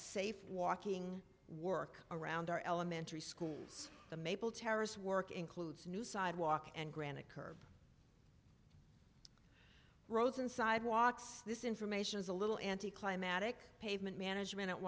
safe walking work around our elementary schools the maple terrace work includes new sidewalk and granite curb roads and sidewalks this information is a little anticlimactic pavement management at